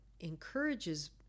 encourages